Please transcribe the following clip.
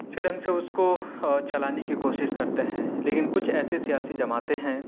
اچھے ڈھنگ سے اس کو چلانے کی کوشش کر تے ہیں لیکن کچھ ایسی سیاسی جماعتیں ہیں